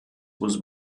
was